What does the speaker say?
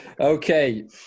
Okay